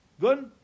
Good